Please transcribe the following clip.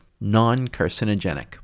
non-carcinogenic